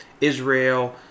Israel